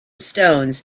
stones